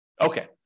Okay